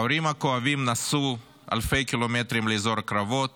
ההורים הכואבים נסעו אלפי קילומטרים לאזור הקרבות